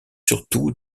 surtout